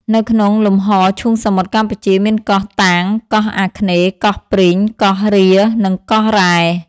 នៅក្នុងលំហឈូងសមុទ្រកម្ពុជា មានកោះ តាង កោះអាគ្នេយ៍ កោះព្រីង កោះរៀ និង កោះរ៉ែ ។